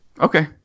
Okay